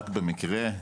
רק במקרה,